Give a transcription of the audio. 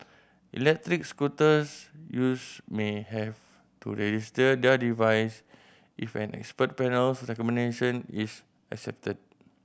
electric scooters use may have to register their device if an expert panel's recommendation is accepted